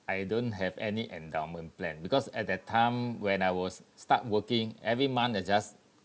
I don't have any endowment plan because at that time when I was start working every month I just